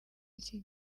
iki